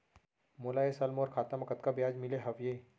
मोला ए साल मोर खाता म कतका ब्याज मिले हवये?